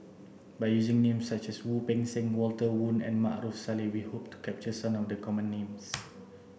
by using names such as Wu Peng Seng Walter Woon and Maarof Salleh we hope to capture some of the common names